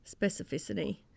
specificity